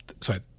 sorry